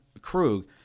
Krug